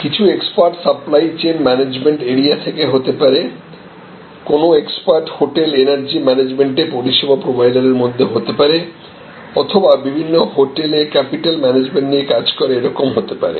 কিছু expert supply chain management area থেকে হতে পারে কোন এক্সপার্ট হোটেল এনার্জি ম্যানেজমেন্টে পরিষেবা প্রোভাইডারের মধ্যে হতে পারে অথবা বিভিন্ন হোটেলে ক্যাপিটাল ম্যানেজমেন্ট নিয়ে কাজ করে এরকম হতে পারে